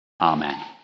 Amen